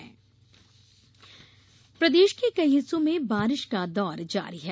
मौसम प्रदेश के कई हिस्सों में बारिश का दौर जारी है